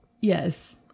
Yes